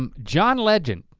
um john legend.